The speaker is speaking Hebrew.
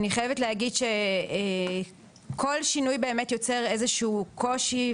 אני חייבת להגיד שכל שינוי באמת יוצר איזשהו קושי,